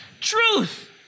Truth